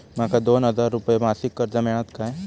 माका दोन हजार रुपये मासिक कर्ज मिळात काय?